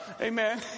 amen